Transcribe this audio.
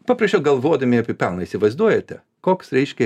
paprašiau galvodami apie pelną įsivaizduojate koks reiškia